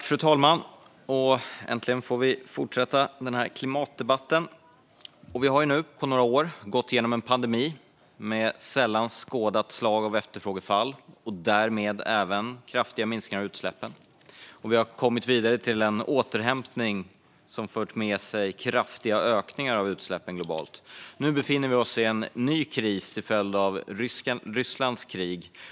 Fru talman! Äntligen får vi fortsätta denna klimatdebatt! Vi har nu på några år gått igenom en pandemi med efterfrågefall av sällan skådat slag och därmed även kraftiga minskningar av utsläppen. Vi har kommit vidare till en återhämtning som fört med sig kraftiga ökningar av utsläppen globalt. Nu befinner vi oss i en ny kris till följd av Rysslands krig.